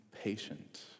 Patient